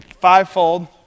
fivefold